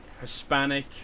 Hispanic